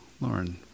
Lauren